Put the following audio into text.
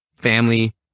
family